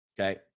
Okay